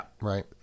Right